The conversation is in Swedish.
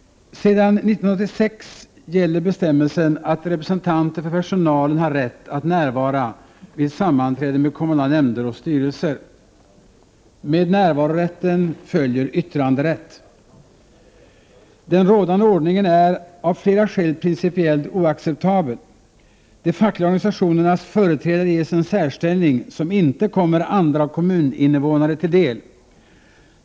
Sedan 1986 gäller bestämmelsen att representanter för personalen har rätt att närvara vid sammanträden med kommunala nämnder och styrelser. Med närvarorätten följer yttranderätt. Den rådande ordningen är av flera skäl principiellt oacceptabel. De fackliga organisationernas företrädare ges en särställning, som inte kommer andra kommuninnevånare till del.